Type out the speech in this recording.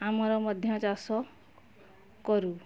ଆମର ମଧ୍ୟ ଚାଷ କରୁ